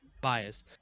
bias